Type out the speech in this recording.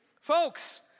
folks